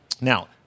Now